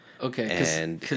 Okay